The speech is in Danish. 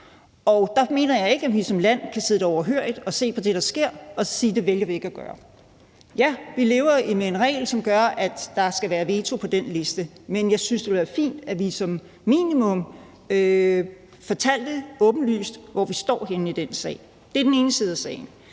på. Der mener jeg ikke, at vi som land kan sidde det, der sker, overhørig og så sige, at det vælger vi ikke at gøre. Ja, vi lever med en regel, som gør, at der er vetoret i forbindelse med den liste, men jeg synes, det kunne være fint, at vi som minimum fortalte åbent, hvor vi står henne i den sag. Det er den ene side af sagen.